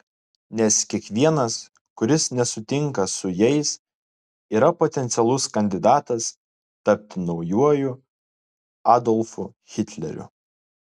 nes kiekvienas kuris nesutinka su jais yra potencialus kandidatas tapti naujuoju adolfu hitleriu